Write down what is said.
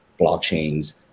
blockchains